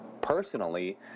personally